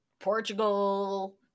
Portugal